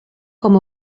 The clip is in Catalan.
com